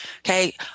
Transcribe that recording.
okay